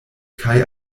kaj